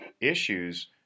issues